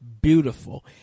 beautiful